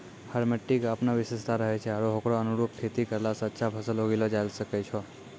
हर मिट्टी के आपनो विशेषता रहै छै आरो होकरो अनुरूप खेती करला स अच्छा फसल उगैलो जायलॅ सकै छो